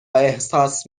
احساس